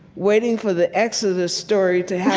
waiting for the exodus story to